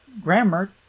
grammar